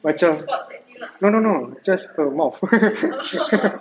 macam no no no just her mouth